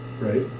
right